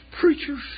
preachers